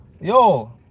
Yo